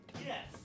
Yes